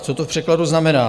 Co to v překladu znamená?